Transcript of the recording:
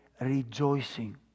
rejoicing